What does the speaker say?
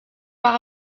par